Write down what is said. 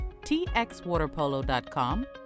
txwaterpolo.com